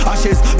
Ashes